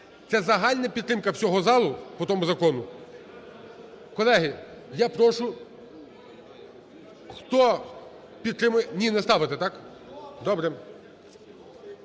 Це загальна підтримка всього залу по тому закону. Колеги, я прошу хто підтримує… Ні, не ставити? Так. Добре.